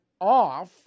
off